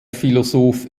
philosoph